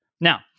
Now